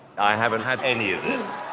i haven't had any of this